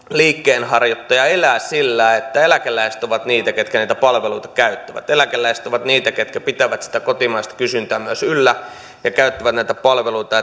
liikkeenharjoittaja elää sillä että eläkeläiset ovat niitä ketkä niitä palveluita käyttävät eläkeläiset ovat niitä ketkä pitävät sitä kotimaista kysyntää myös yllä ja käyttävät näitä palveluita